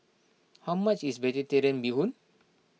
how much is Vegetarian Bee Hoon